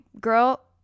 Girl